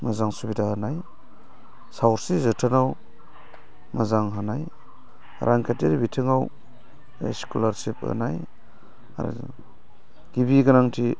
मोजां सुबिदा होनाय सावस्रि बिथिंआव मोजां होनाय रांखान्थियारि बिथिंआव स्क'लारसिप होनाय आरो गिबि गोनांथि